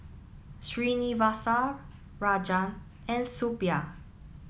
Srinivasa Rajan and Suppiah